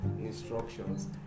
Instructions